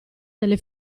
delle